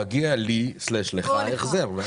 מגיע לי/לך החזר.